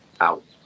Out